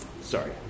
Sorry